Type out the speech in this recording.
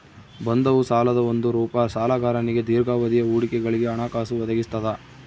ಬಂಧವು ಸಾಲದ ಒಂದು ರೂಪ ಸಾಲಗಾರನಿಗೆ ದೀರ್ಘಾವಧಿಯ ಹೂಡಿಕೆಗಳಿಗೆ ಹಣಕಾಸು ಒದಗಿಸ್ತದ